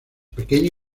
pequeño